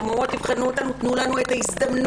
אתן אומרות: תבחנו אותנו, תנו לנו רק את ההזדמנות.